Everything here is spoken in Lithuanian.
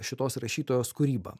šitos rašytojos kūrybą